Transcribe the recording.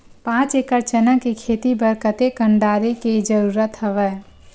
पांच एकड़ चना के खेती बर कते कन डाले के जरूरत हवय?